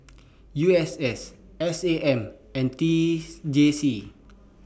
U S S S A M and teeth J C